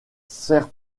sert